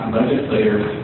legislators